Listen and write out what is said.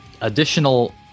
additional